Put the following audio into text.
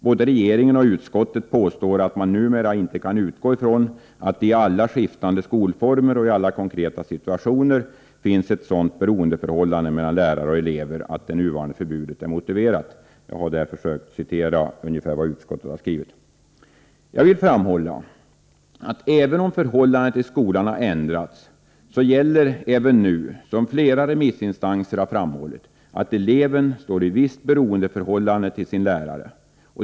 Både regeringen och utskottet påstår att man numera inte kan utgå från att det i alla skiftande skolformer och i alla konkreta situationer finns ett sådant beroendeförhållande mellan lärare och elever att det nuvarande förbudet är motiverat. Jag har försökt att citera vad utskottet skrivit på den punkten. Jag vill betona att även om förhållandena i skolan ändrats gäller även nu, som flera remissinstanser framhållit, att eleven står i visst beroendeförhållande till sin lärare.